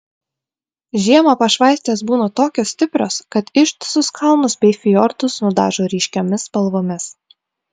žiemą pašvaistės būna tokios stiprios kad ištisus kalnus bei fjordus nudažo ryškiomis spalvomis